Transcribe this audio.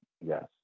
yes